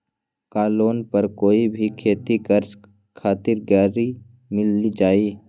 का लोन पर कोई भी खेती करें खातिर गरी मिल जाइ?